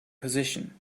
position